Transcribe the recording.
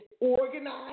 organized